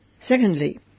Secondly